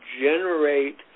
generate